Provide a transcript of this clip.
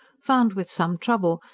found with some trouble,